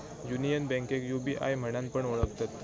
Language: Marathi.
युनियन बैंकेक यू.बी.आय म्हणान पण ओळखतत